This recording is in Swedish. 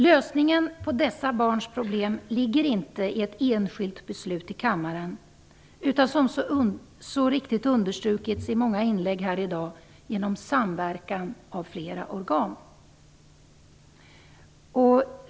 Lösningen på dessa barns problem ligger inte i ett enskilt beslut här i kammaren utan, som mycket riktigt understrukits i många inlägg i dag, i en samverkan mellan flera organ.